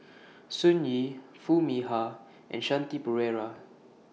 Sun Yee Foo Mee Har and Shanti Pereira